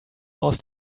aus